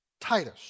Titus